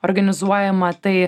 organizuojama tai